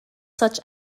such